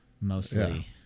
Mostly